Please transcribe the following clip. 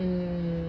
mm